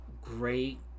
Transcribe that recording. Great